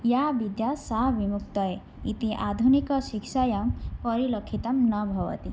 या विद्या सा विमुक्तये इति आधुनिकशिक्षायां परिलक्षितं न भवति